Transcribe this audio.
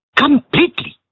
completely